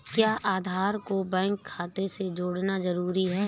क्या आधार को बैंक खाते से जोड़ना जरूरी है?